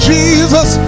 Jesus